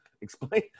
explain